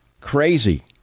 Crazy